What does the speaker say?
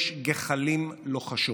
יש גחלים לוחשות.